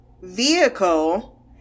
Vehicle